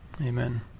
amen